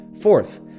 Fourth